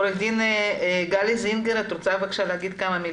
עורכת הדין גלי זינגר, את רוצה לומר משהו?